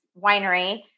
winery